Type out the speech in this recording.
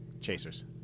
Chasers